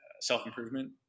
self-improvement